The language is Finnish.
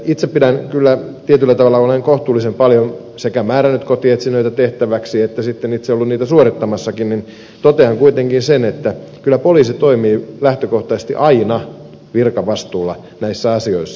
itse kyllä tietyllä tavalla kun olen kohtuullisen paljon sekä määrännyt kotietsintöjä tehtäväksi että sitten itse ollut niitä suorittamassakin totean kuitenkin sen että kyllä poliisi toimii lähtökohtaisesti aina virkavastuulla näissä asioissa